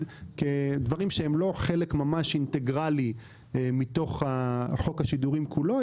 כדברים שהם לא ממש חלק אינטגרלי מתוך חוק השידורים כולו,